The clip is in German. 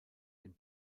den